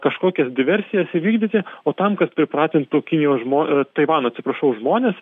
kažkokias diversijas įvykdyti o tam kad pripratintų kinijos žmo a taivano atsiprašau žmones